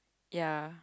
ya